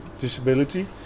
disability